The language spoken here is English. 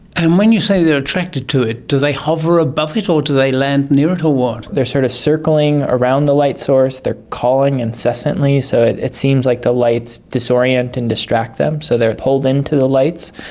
and when you say they're attracted to it, do they hover above it, or do they land near it, or what? they're sort of circling around the light source, they're calling incessantly so it it seems like the lights disorient and distract them, so they're pulled in to the lights,